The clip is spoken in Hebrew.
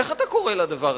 איך אתה קורא לזה?